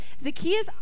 Zacchaeus